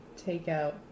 takeout